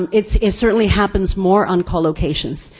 it certainly happens more on co-locations,